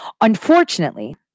Unfortunately